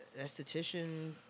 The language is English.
esthetician